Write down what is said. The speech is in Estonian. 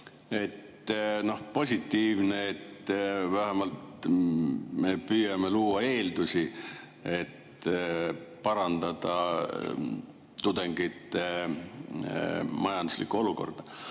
Positiivne, et me vähemalt püüame luua eeldusi, et parandada tudengite majanduslikku olukorda.